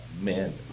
men